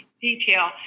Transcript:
detail